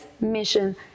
mission